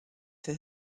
for